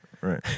Right